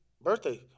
birthday